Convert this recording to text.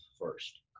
first